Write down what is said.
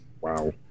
Wow